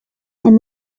and